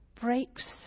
breaks